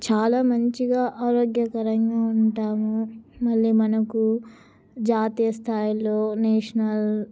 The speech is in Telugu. చాలా మంచిగా ఆరోగ్యకరంగా ఉంటాము మళ్ళీ మనకు జాతీయ స్థాయిల్లో నేషనల్